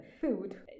food